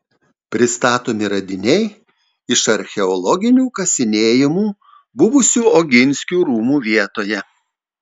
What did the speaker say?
pristatomi radiniai iš archeologinių kasinėjimų buvusių oginskių rūmų vietoje